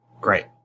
Great